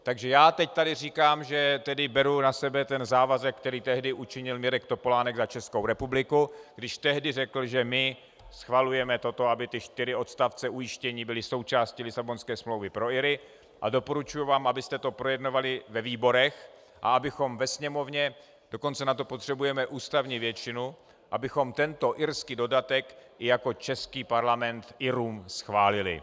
Takže já teď tady říkám, že beru na sebe ten závazek, který tehdy učinil Mirek Topolánek za Českou republiku, když tehdy řekl, že my schvalujeme toto, aby ty čtyři odstavce ujištění byly součástí Lisabonské smlouvy pro Iry, a doporučuji vám, abyste to projednávali ve výborech a abychom ve Sněmovně dokonce na to potřebujeme ústavní většinu abychom tento irský dodatek i jako český Parlament Irům schválili.